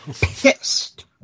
pissed